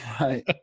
Right